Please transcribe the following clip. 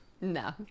No